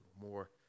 more